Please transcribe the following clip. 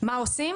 מה עושים,